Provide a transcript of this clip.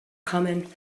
common